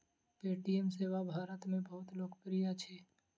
Paytm सेवा भारत में बहुत लोकप्रिय अछि